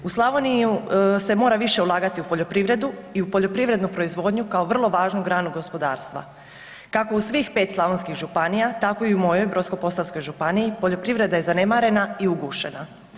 U Slavoniji se mora više ulagati u poljoprivredu i u poljoprivrednu proizvodnju kao vrlo važnu granu gospodarstva, kako u svih pet slavonskih županija tako i u mojoj Brodsko-posavskoj županiji poljoprivreda je zanemarena i ugušena.